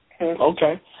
Okay